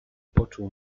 poczuł